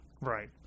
right